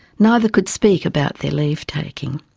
neither could speak about their leave taking.